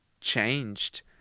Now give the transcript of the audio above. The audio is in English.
changed